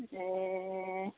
ए